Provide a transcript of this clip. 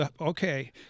okay